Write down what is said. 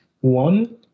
One